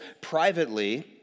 privately